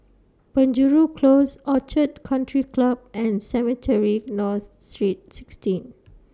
Penjuru Close Orchid Country Club and Cemetry North Street sixteen